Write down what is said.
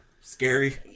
scary